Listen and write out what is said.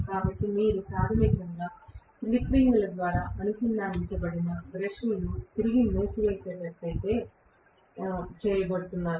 కాబట్టి మీరు ప్రాథమికంగా స్లిప్ రింగుల ద్వారా అనుసంధానించబడిన బ్రష్లను తిరిగి మూసివేసేటట్లు చేయబోతున్నారు